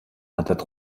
надад